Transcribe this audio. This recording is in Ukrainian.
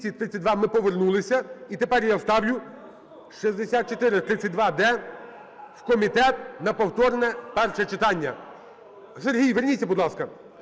верніться, будь ласка!